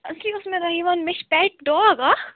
اَصٕلی اوسوٕ مےٚ تۄہہِ یہِ وَنُن مےٚ چھِ پٮ۪ٹ ڈاگ اَکھ